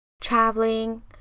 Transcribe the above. traveling